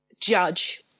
judge